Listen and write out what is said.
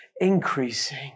increasing